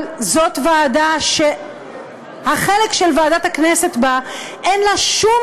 זאת ועדה שלחלק של ועדת הכנסת בה אין שום